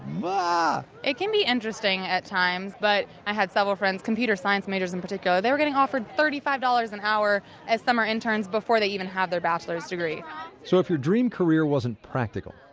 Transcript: but it can be interesting at times, but i had several friends computer science majors in particular they were getting offered thirty five dollars an hour as summer interns before they even had their bachelor's degree so if your dream career wasn't practical,